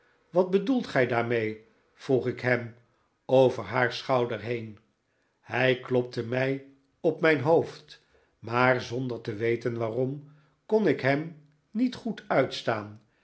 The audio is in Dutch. wat bedoelt gij daarmee vroeg ik hem over haar schouder heen hij klopte mij op mijn hoofd maar zonder te weten waarom kon ik hem niet goed uitstaan